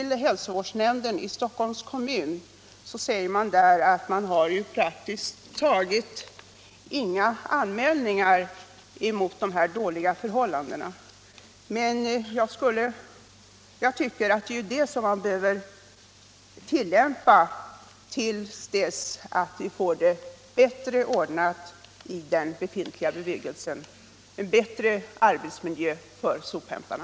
Hälsovårdsnämnden i Stockholms kommun säger vid förfrågan att man har praktiskt taget inga anmälningar mot dessa dåliga förhållanden. Jag tycker det är dessa lagar som man behöver tillämpa tills vi får det bättre ordnat i den befintliga bebyggelsen — en bättre arbetsmiljö för sophämtarna.